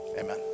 amen